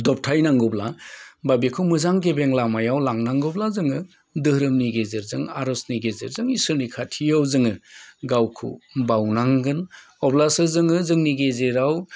दबथाय नांगौब्ला बा बेखौ मोजां गेबें लामायाव लांनांगौब्ला जोङो धोरोमनि गेजेरजों आर'जनि गेजेरजों इसोरनि खाथियाव जोङो गावखौ बावनांगोन अब्लासो जोङो जोंनि गेजेराव